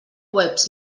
webs